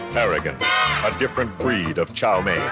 arrogant, a different breed of chow mein.